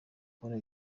ikora